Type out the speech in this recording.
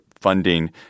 funding